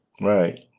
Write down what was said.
Right